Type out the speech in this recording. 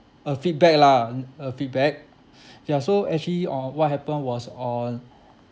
a feedback lah a feedback ya so actually o~ what happened was on